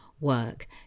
work